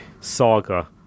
saga